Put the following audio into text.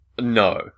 No